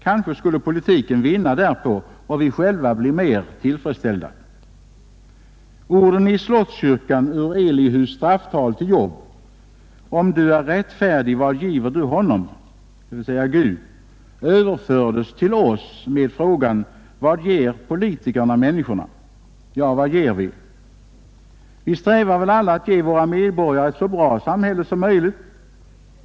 Kanske skulle politiken vinna därpå och vi själva bli mer tillfredsställda. Textorden i slottskapellet ur Elihus strafftal till Job — ”Om du är rättfärdig, vad giver du Honom”, dvs. Gud? — överfördes till oss med frågan: Vad ger politikerna människorna? Ja, vad ger vi? — Vi strävar väl alla att ge våra medborgare ett så bra samhälle som möjligt.